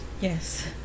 Yes